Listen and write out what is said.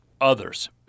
others